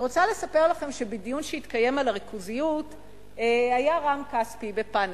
אני רוצה לספר לכם שבדיון שהתקיים על הריכוזיות היה רם כספי בפאנל,